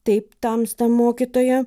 taip tamsta mokytoja